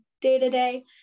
day-to-day